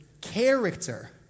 character